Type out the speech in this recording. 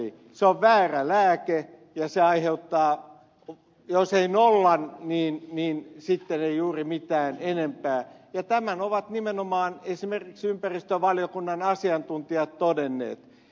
se on väärä lääke ja se aiheuttaa jos ei nollan niin sitten ei juuri enempää ja tämän ovat esimerkiksi ympäristövaliokunnan asiantuntijat todenneet